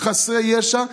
עם חסרי ישע,